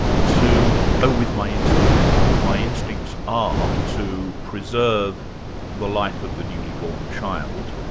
to go with my instincts? my instincts are to preserve the life of the newly-born child,